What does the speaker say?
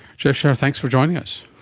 jeff szer, thanks for joining us.